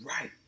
right